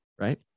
right